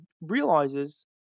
realizes